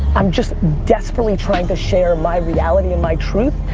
i'm just desperately trying to share my reality and my truth,